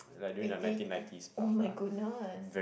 eighteen eh [oh]-my-goodness